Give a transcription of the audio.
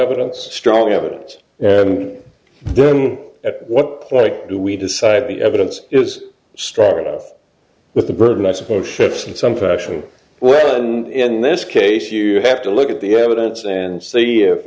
evidence strong evidence and then at what when do we decide the evidence is strong enough with the burden i suppose in some fashion well done in this case you have to look at the evidence and see if